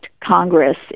Congress